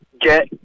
get